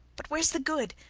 but where's the good?